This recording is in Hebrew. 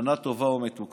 שנה טובה ומתוקה,